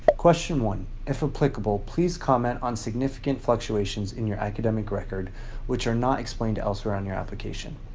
ah question one. if applicable, please comment on significant fluctuations in your academic record which are not explained elsewhere on your application.